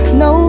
no